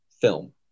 film